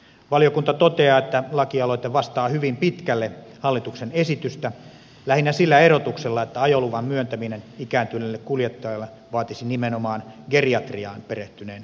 valiokunta toteaa että lakialoite vastaa hyvin pitkälle hallituksen esitystä lähinnä sillä erotuksella että ajoluvan myöntäminen ikääntyneelle kuljettajalle vaatisi nimenomaan geriatriaan perehtyneen lääkärin lausunnon